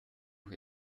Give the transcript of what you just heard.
auch